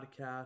podcast